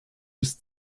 bis